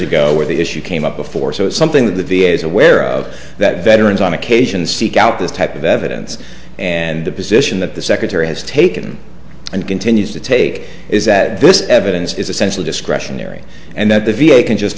ago where the issue came up before so it's something that the v a is aware of that veterans on occasion seek out this type of evidence and the position that the secretary has taken and continues to take is that this evidence is essential discretionary and that the v a can just